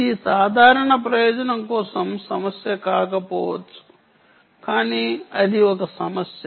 ఇది సాధారణ ప్రయోజనం కోసం సమస్య కాకపోవచ్చు కానీ అది ఒక సమస్య